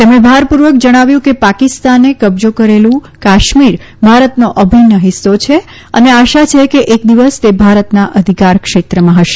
તેમણે ભારપુર્વક જણાવ્યું કે પાકિસ્તાને કબજા કરેલું કાશ્મીર ભારતનો અભિન્ન હિસ્સો છે અને આશા છે કે એક દિવસ તે ભારતના અધિકારક્ષેત્રમાં હશે